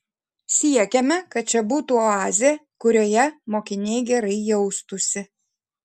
siekiame kad čia būtų oazė kurioje mokiniai gerai jaustųsi